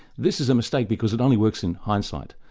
this is a mistake, because it only works in hindsight.